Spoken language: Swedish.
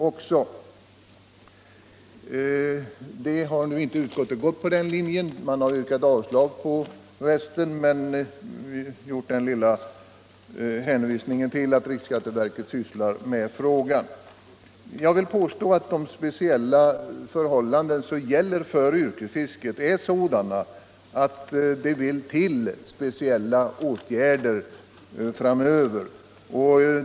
Utskottet har inte följt den linjen. Utskottet har yrkat avslag på motionen men hänvisat till att riksskatteverket sysslar med frågan. Jag vill påstå att de speciella förhållanden som gäller för yrkesfisket är sådana att det vill till speciella åtgärder framöver.